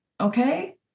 okay